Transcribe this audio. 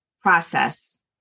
process